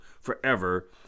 forever